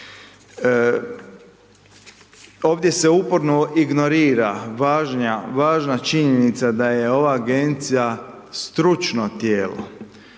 Ovdje se uporno ignorira važna činjenica da je ova agencija stručno tijelo,